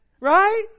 Right